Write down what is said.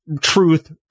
truth